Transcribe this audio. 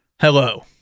hello